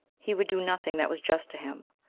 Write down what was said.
he would do nothing that was just to him,